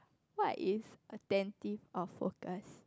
what is attentive of workers